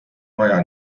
maja